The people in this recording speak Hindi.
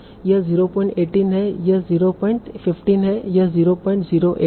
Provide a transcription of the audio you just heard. यह 018 है यह 015 है यह 008 है